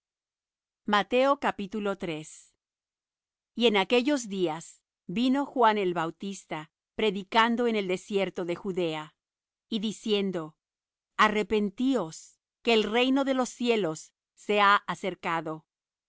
ser llamado nazareno y en aquellos días vino juan el bautista predicando en el desierto de judea y diciendo arrepentíos que el reino de los cielos se ha acercado